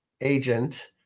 agent